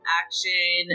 action